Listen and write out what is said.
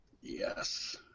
Yes